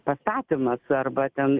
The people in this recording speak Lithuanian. pastatymas arba ten